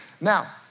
Now